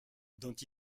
dont